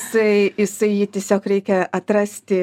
jisai jisai jį tiesiog reikia atrasti